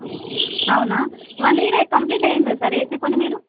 అవునా one year అయ్ complete అయ్యిందా సార్ ఏసీ కొని మీరు